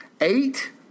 eight